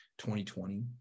2020